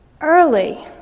early